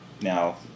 now